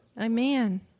Amen